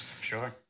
Sure